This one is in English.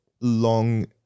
long